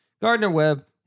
Gardner-Webb